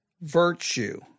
Virtue